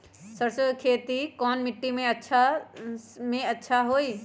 सरसो के खेती कौन मिट्टी मे अच्छा मे जादा अच्छा होइ?